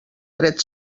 dret